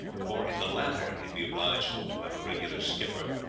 for in the latter he would be obliged to have a regular skipper,